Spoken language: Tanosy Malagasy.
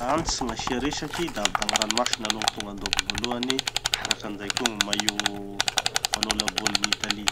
antitsy gn'asia resaky davy da gny ranomasina gny tonga andohako voalohany. Magnaraky anizay koa gny maillot mpanao labolin'ny Italie.